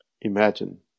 imagine